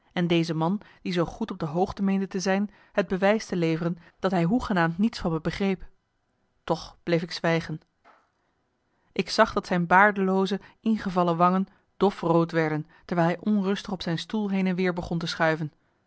en deze man die zoo goed op de hoogte meende te zijn het bewijs te leveren dat hij hoegenaamd niets van me begreep toch bleef ik zwijgen ik zag dat zijn baardelooze ingevallen wangen dof rood werden terwijl hij onrustig op zijn stoel heen en weer begon te schuiven